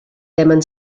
temen